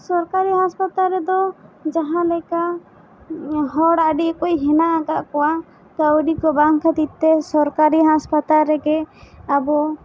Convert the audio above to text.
ᱥᱚᱨᱠᱟᱨᱤ ᱦᱟᱥᱯᱟᱛᱟᱞ ᱨᱮᱫᱚ ᱡᱟᱦᱟᱸᱞᱮᱠᱟ ᱦᱚᱲ ᱟᱹᱰᱤ ᱠᱚ ᱦᱮᱱᱟᱜ ᱟᱠᱟᱜ ᱠᱚᱣᱟ ᱠᱟᱹᱣᱰᱤ ᱠᱚ ᱵᱟᱝ ᱠᱷᱟᱹᱛᱤᱨ ᱛᱮ ᱥᱚᱨᱠᱟᱨᱤ ᱦᱟᱥᱯᱟᱛᱟᱞ ᱨᱮᱜᱮ ᱟᱵᱚ